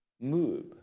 move